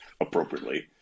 appropriately